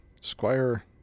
Squire